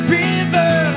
river